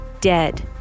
dead